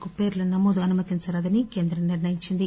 కు పేర్ల నమోదు అనుమతించరాదని కేంద్రం నిర్ణయించింది